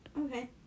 Okay